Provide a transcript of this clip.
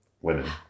women